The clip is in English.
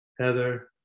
Heather